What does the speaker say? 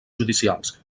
judicials